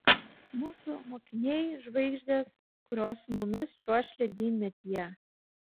mūsų mokiniai žvaigždės kurios su mumis čiuoš ledynmetyje